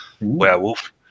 Werewolf